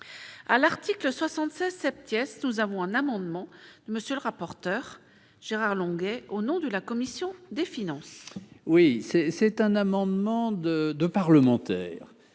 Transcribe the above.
à l'article 76, cette pièce, nous avons un amendement de monsieur le rapporteur Gérard Longuet au nom de la commission des finances. Oui c'est c'est un amendement de de parlementaires